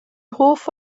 hoff